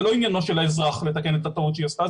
זה לא עניינו של האזרח לתקן את הטעות שהיא עשתה,